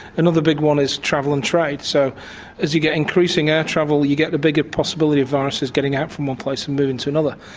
another big one is travel and trade so as you get increasing air travel you get the bigger possibility of viruses getting out from one place and moving to another.